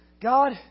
God